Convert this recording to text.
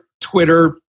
Twitter